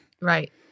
right